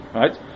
right